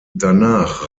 danach